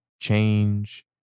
Change